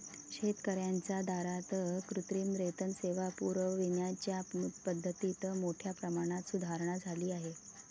शेतकर्यांच्या दारात कृत्रिम रेतन सेवा पुरविण्याच्या पद्धतीत मोठ्या प्रमाणात सुधारणा झाली आहे